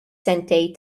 sentejn